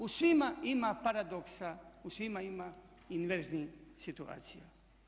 U svima ima paradoksa, u svima ima inverznih situacija.